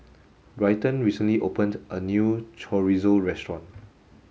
Bryton recently opened a new Chorizo restaurant